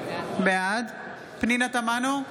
בעד פנינה תמנו,